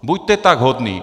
Buďte tak hodný.